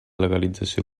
legalització